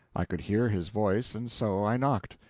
i could hear his voice, and so i knocked.